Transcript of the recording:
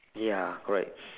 ya correct